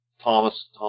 Thomas